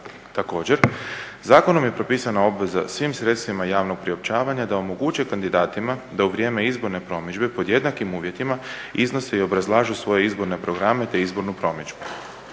Također, zakonom je propisana obveza svim sredstvima javnog priopćavanja da omoguće kandidatima da u vrijeme izborne promidžbe pod jednakim uvjetima iznose i obrazlažu svoje izborne programe te izbornu promidžbu.